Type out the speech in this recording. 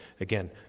Again